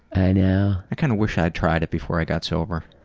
i yeah kind of wish i had tried it before i got sober.